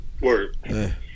Word